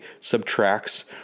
subtracts